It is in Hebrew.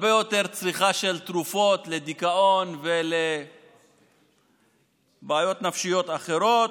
יש צריכה גדולה הרבה יותר של תרופות דיכאון ובעיות נפשיות אחרות.